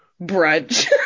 Brunch